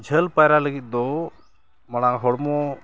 ᱡᱷᱟᱹᱞ ᱯᱟᱭᱨᱟ ᱞᱟᱹᱜᱤᱫ ᱫᱚ ᱢᱟᱲᱟᱝ ᱦᱚᱲᱢᱚ